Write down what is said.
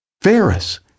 Ferris